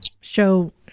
show